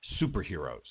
superheroes